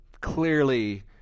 clearly